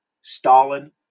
Stalin